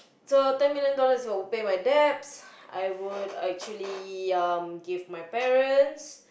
so ten million dollars will pay my debts I would actually um give my parents